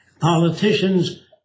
Politicians